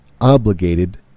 obligated